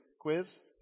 quiz